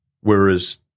Whereas